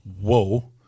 Whoa